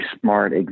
smart